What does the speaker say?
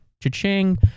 Cha-ching